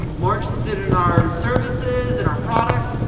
more interested in our services and our products,